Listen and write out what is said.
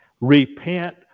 repent